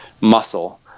muscle